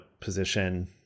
position